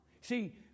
See